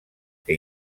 que